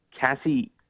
Cassie